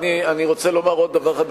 אני רוצה לומר עוד דבר אחד,